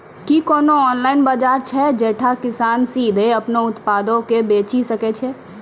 कि कोनो ऑनलाइन बजार छै जैठां किसान सीधे अपनो उत्पादो के बेची सकै छै?